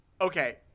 Okay